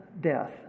death